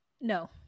No